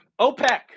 OPEC